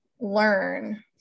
learn